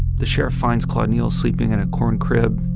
the sheriff finds claude neal sleeping in a corncrib